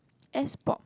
S Pop